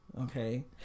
Okay